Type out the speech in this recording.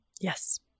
Yes